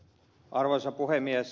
arvoisa puhemies